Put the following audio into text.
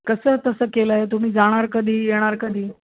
कसं तसं केलं आहे तुम्ही जाणार कधी येणार कधी